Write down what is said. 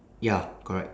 ya correct